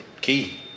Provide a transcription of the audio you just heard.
key